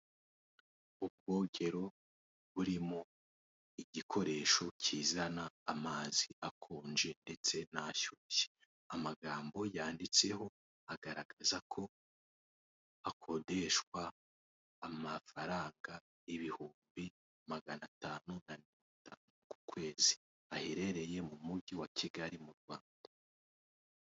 Ubwogero burimo igikoresho kizana amazi akonje ndetse n'ashyushye, amagambo yanditseho agaragaza ko hakodeshwa amafaranga ibihumbi magana atanu na mirongo itanu ku kwezi haherereye mu mujyi wa Kigali mu Rwanda.